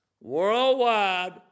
worldwide